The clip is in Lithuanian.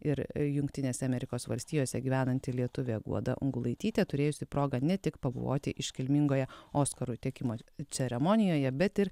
ir jungtinėse amerikos valstijose gyvenanti lietuvė guoda ungulaitytė turėjusi progą ne tik pabuvoti iškilmingoje oskarų teikimo ceremonijoje bet ir